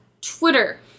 Twitter